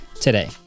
today